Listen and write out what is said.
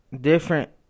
different